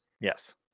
Yes